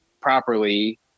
properly